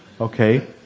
Okay